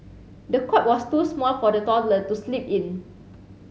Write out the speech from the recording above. the cot was too small for the toddler to sleep in